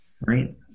right